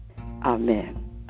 Amen